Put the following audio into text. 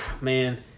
man